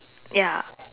ya